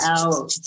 out